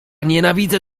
nienawidzę